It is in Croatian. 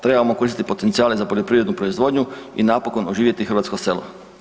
Trebamo koristiti potencijale za poljoprivrednu proizvodnju i napokon oživjeti hrvatsko selo.